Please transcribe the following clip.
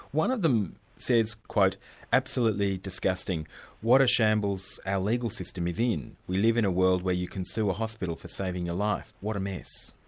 one of them says, absolutely disgusting what a shambles our legal system is in. we live in a world where you can sue a hospital for saving your life. what a mess.